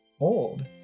old